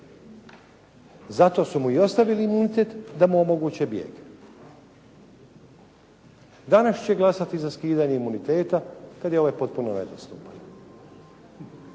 Zato su mu i ostavili imunitet da mu omoguće bijeg. Danas će glasati za skidanje imuniteta kad je ovaj potpuno nedostupan.